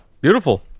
Beautiful